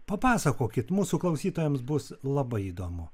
papasakokit mūsų klausytojams bus labai įdomu